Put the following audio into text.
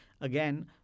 again